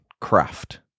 craft